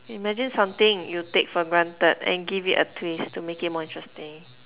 imagine something you take for granted and give it a twist to make it more interesting